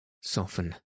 soften